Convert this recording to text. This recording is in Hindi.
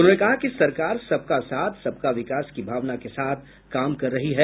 उन्होंने कहा कि सरकार सबका साथ सबका विकास की भावना के साथ काम कर रही है